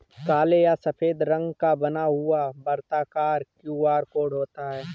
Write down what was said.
काले तथा सफेद रंग का बना हुआ वर्ताकार क्यू.आर कोड होता है